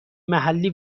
محلی